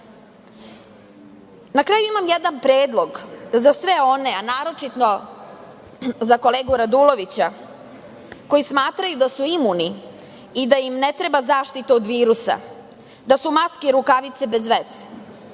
kraju imam jedan predlog za sve one, a naročito za kolegu Radulovića, koji smatraju da su imuni i da im ne treba zaštita od virusa, da su maske i rukavice bez veze,